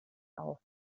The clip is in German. auf